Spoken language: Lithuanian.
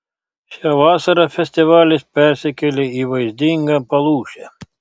šią vasarą festivalis persikėlė į vaizdingą palūšę